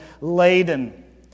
laden